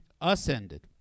ascended